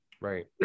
Right